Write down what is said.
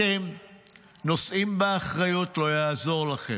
אתם נושאים באחריות, לא יעזור לכם.